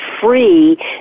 free